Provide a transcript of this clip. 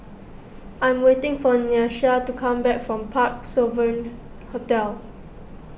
I'm waiting for Nyasia to come back from Parc Sovereign Hotel